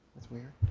that's weird.